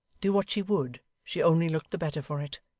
do what she would, she only looked the better for it,